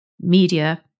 media